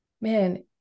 man